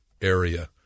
area